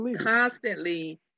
constantly